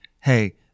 hey